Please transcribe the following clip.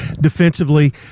defensively